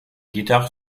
guitare